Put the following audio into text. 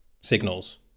signals